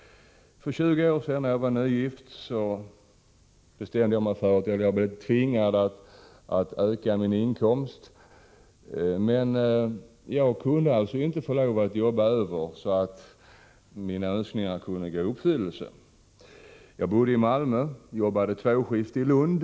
För 20 år sedan, när jag var nygift, blev jag tvungen att öka min inkomst, — Nr 22 men jag fick alltså inte lov att jobba över så mycket att mina önskningar Onsdagen den kunde gå i uppfyllelse. Jag bodde i Malmö och jobbade tvåskift i Lund.